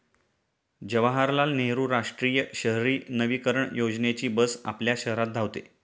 जवाहरलाल नेहरू राष्ट्रीय शहरी नवीकरण योजनेची बस आपल्या शहरात धावते